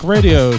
Radio